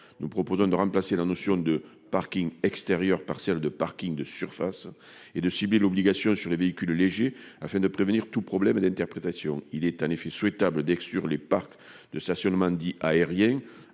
nous proposons de remplacer la notion de parking extérieur partielle de Parking de surface et de cibler l'obligation sur les véhicules légers, afin de prévenir tout problème d'interprétation, il est en effet souhaitable d'exclure les parcs de stationnement dit aérien